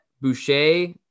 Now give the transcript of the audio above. Boucher